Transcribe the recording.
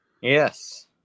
Yes